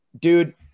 dude